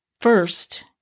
first